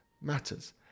matters